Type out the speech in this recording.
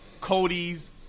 Cody's